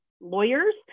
lawyers